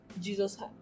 jesus